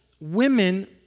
women